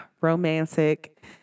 romantic